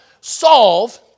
solve